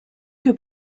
que